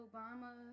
Obama